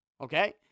Okay